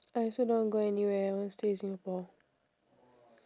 I also don't want to go anywhere I want stay in singapore